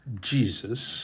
Jesus